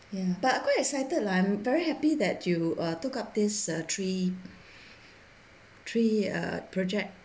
ya but quite excited lah I am very happy that you uh took up this uh tree tree uh project